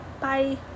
bye